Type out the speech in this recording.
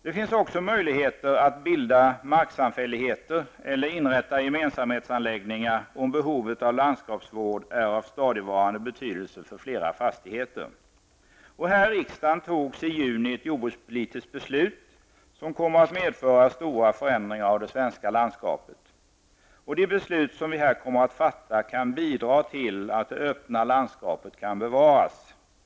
Det finns också möjligheter att bilda marksamfälligheter eller inrätta gemensamhetsanläggningar, om behovet av landskapsvård är av stadigvarande betydelse för flera fastigheter. Här i riksdagen togs i juni ett jordbrukspolitiskt beslut som kommer att medföra stora förändringar av det svenska landskapet, och det beslut som vi här kommer att fatta kan bidra till att det öppna landskapet kan bevaras.